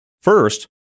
First